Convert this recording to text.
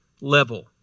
level